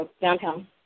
downtown